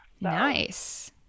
Nice